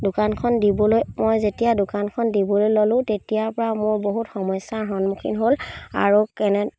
দোকানখন দিবলৈ মই যেতিয়া দোকানখন দিবলৈ ল'লোঁ তেতিয়াৰ পৰা মোৰ বহুত সমস্যাৰ সন্মুখীন হ'ল আৰু কেনে